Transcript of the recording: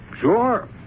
Sure